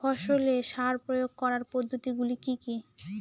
ফসলে সার প্রয়োগ করার পদ্ধতি গুলি কি কী?